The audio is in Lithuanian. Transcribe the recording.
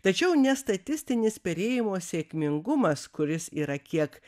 tačiau nestatistinis perėjimo sėkmingumas kuris yra kiek